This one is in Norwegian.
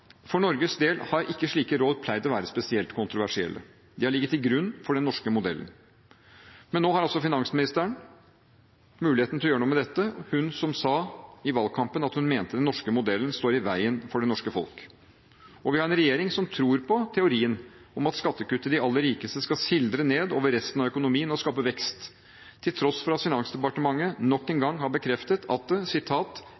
For Norges del har ikke slike råd pleid å være spesielt kontroversielle, de har ligget til grunn for den norske modellen. Men nå har altså finansministeren muligheten til å gjøre noe med dette, hun som sa i valgkampen at hun mente den norske modellen står i veien for det norske folk, og vi har en regjering som tror på teorien om at skattekutt til de aller rikeste skal sildre ned over resten av økonomien og skape vekst, til tross for at Finansdepartementet nok en gang har bekreftet at det